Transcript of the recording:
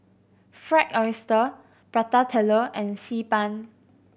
Fried Oyster Prata Telur and Xi Ban